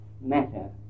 matter